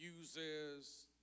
uses